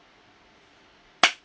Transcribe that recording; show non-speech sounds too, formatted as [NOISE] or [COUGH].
[NOISE]